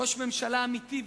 ראש ממשלה אמיתי,